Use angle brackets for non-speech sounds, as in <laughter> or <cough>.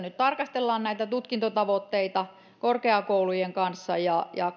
<unintelligible> nyt tarkastelemme näitä tutkintotavoitteita neuvotteluissa yhdessä korkeakoulujen kanssa ja ja <unintelligible>